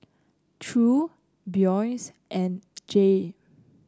Ture Boyce and Jay